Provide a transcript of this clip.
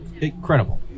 incredible